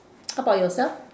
how about yourself